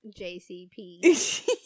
JCP